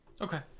Okay